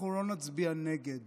אנחנו לא נצביע נגד